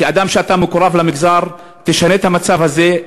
כאדם שמקורב למגזר: תשנה את המצב הזה,